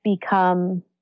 become